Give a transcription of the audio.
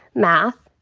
math.